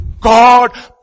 God